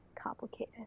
complicated